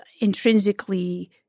intrinsically